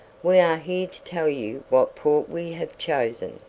we are here to tell you what port we have chosen.